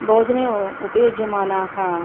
भोजने उपयुज्यमानाः